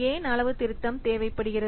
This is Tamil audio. ஏன் அளவுத்திருத்தம் தேவைப்படுகிறது